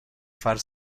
far